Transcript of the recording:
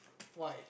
why